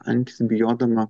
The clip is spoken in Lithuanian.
antis bijodama